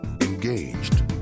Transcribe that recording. engaged